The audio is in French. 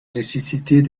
nécessiter